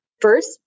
first